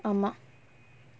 அம்மா:amma